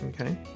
Okay